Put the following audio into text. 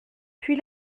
puis